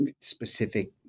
specific